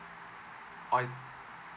or